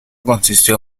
consistió